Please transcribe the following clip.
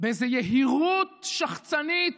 באיזו יהירות שחצנית,